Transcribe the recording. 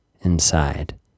inside